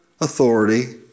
authority